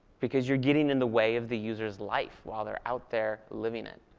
because you're getting in the way of the user's life while they're out there living it.